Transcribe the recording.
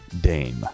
Dame